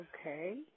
okay